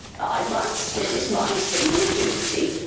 i must it is my simple duty.